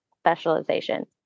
specialization